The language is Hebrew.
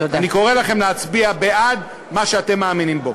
אני קורא לכם להצביע בעד מה שאתם מאמינים בו.